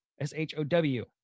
S-H-O-W